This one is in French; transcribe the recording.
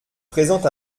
présent